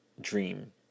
Dream